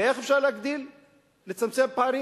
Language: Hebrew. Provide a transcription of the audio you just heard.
איך אפשר לצמצם פערים?